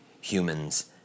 humans